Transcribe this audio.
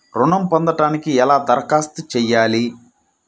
ఋణం పొందటానికి ఎలా దరఖాస్తు చేయాలి?